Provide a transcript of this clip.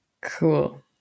Cool